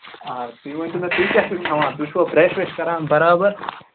آ تُہۍ ؤنۍ تو مےٚ تُہۍ کیاہ چھُو کھٮ۪وان تُہۍ چھُوا برٮ۪س وٮ۪ش کَران بَرابر